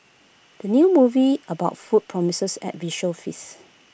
the new movie about food promises A visual feast